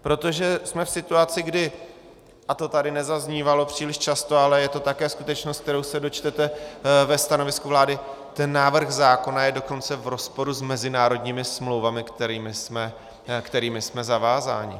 Protože jsme v situaci, kdy, a to tady nezaznívalo příliš často, ale je to také skutečnost, kterou se dočtete ve stanovisku vlády, ten návrh zákona je dokonce v rozporu s mezinárodními smlouvami, kterými jsme zavázáni.